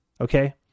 okay